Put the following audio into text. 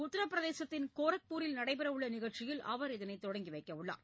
உத்தரப்பிரதேசத்தின் கோரக்பூரில் நடைபெறவுள்ள நிகழ்ச்சியில் அவர் இதனை தொடங்கி வைக்கவுள்ளார்